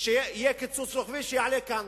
שיהיה קיצוץ רוחבי, שיעלה לכאן